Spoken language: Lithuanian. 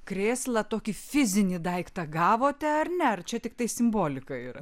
krėslą tokį fizinį daiktą gavote ar ne ar čia tiktai simbolika yra